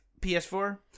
PS4